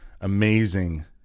amazing